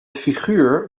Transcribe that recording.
figuur